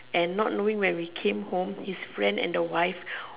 and not knowing when we came home his friend and the wife